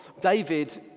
David